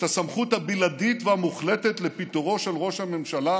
הסמכות הבלעדית והמוחלטת לפיטורו של ראש הממשלה,